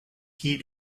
qui